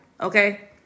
okay